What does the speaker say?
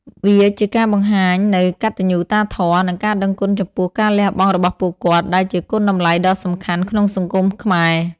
វាជាការបង្ហាញនូវកតញ្ញូតាធម៌ និងការដឹងគុណចំពោះការលះបង់របស់ពួកគាត់ ដែលជាគុណតម្លៃដ៏សំខាន់ក្នុងសង្គមខ្មែរ។